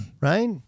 right